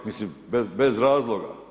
Mislim bez razloga.